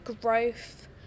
growth